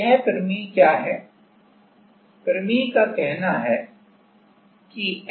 Castigliano की प्रमेय Castigliano's theorem तो यह प्रमेय क्या कहता है